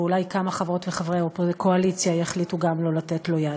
ואולי כמה חברות וחברי קואליציה יחליטו גם הם לא לתת לו יד.